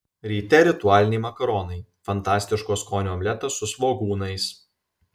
ryte ritualiniai makaronai fantastiško skonio omletas su svogūnais